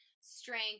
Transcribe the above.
strength